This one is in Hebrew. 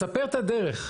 אז ספר את הדרך.